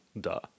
duh